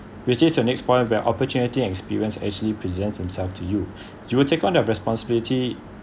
re-chase your next point where opportunity and experience actually presents himself to you you will take on the responsibility